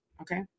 Okay